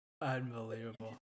Unbelievable